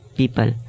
people